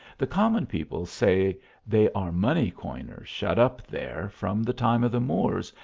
the common people say they are money coiners, shut up there from the time of the moors,